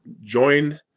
join